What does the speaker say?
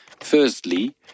Firstly